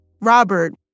Robert